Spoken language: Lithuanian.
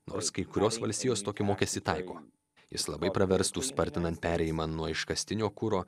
nors kai kurios valstijos tokį mokestį taiko jis labai praverstų spartinant perėjimą nuo iškastinio kuro